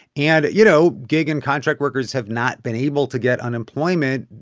and you know, gig and contract workers have not been able to get unemployment,